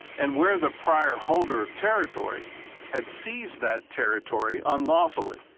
and where the prior holder of territory had seized that territory unlawfully.